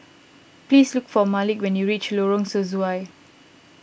please look for Malik when you reach Lorong Sesuai